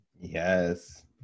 Yes